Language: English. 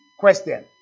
Question